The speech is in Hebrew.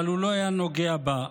הוא לא היה נוגע בה,